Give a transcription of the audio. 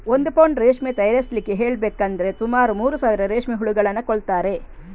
ಒಂದು ಪೌಂಡ್ ರೇಷ್ಮೆ ತಯಾರಿಸ್ಲಿಕ್ಕೆ ಹೇಳ್ಬೇಕಂದ್ರೆ ಸುಮಾರು ಮೂರು ಸಾವಿರ ರೇಷ್ಮೆ ಹುಳುಗಳನ್ನ ಕೊಲ್ತಾರೆ